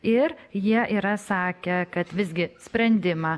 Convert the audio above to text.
ir jie yra sakę kad visgi sprendimą